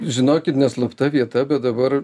žinokit ne slapta vieta bet dabar